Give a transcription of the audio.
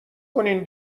کنین